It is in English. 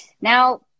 Now